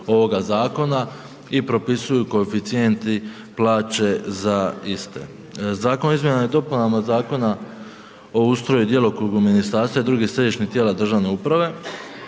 ovoga zakona i propisuju koeficijenti, plaće za iste. Zakonom o izmjenama i dopunama Zakona o ustroju i djelokrugu ministarstva i drugih središnjih tijela državne uprave